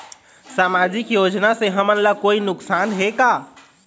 सामाजिक योजना से हमन ला कोई नुकसान हे का?